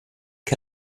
che